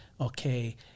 okay